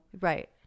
Right